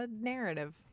narrative